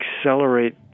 accelerate